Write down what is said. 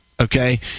okay